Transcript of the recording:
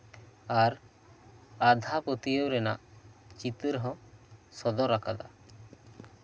ᱟᱨ ᱟᱸᱫᱷᱟᱯᱟᱹᱛᱭᱟᱹᱣ ᱨᱮᱱᱟᱜ ᱪᱤᱛᱟᱹᱨ ᱦᱚᱸ ᱥᱚᱫᱚᱨ ᱟᱠᱟᱫᱟ